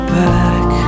back